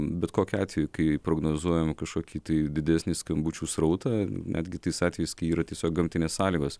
bet kokiu atveju kai prognozuojam kažkokį tai didesnį skambučių srautą netgi tais atvejais kai yra tiesiog gamtinės sąlygos